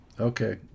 okay